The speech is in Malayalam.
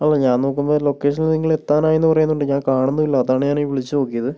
അല്ല ഞാൻ നോക്കുമ്പോൾ ലൊക്കേഷനിൽ നിങ്ങൾ എത്താറായെന്ന് പറയുന്നുണ്ട് ഞാൻ കാണുന്നുമില്ല അതാണ് ഞാനീ വിളിച്ച് നോക്കിയത്